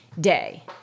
day